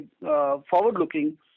forward-looking